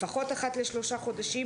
לפחות אחת לשלושה חודשים,